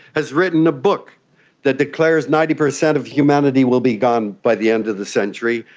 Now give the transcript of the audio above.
has written a book that declares ninety percent of humanity will be gone by the end of the century.